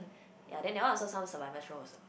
ya then that one also some survival show also